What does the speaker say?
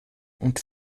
und